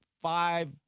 five